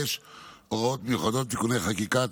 (הוראות מיוחדות ותיקוני חקיקה),